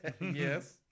Yes